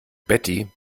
betty